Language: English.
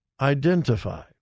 identify